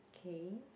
okay